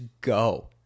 go